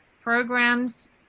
programs